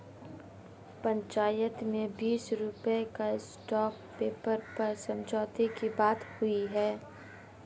पंचायत में बीस रुपए का स्टांप पेपर पर समझौते की बात हुई है